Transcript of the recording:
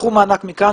קחו מענק מכאן,